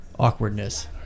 Awkwardness